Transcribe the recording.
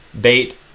bait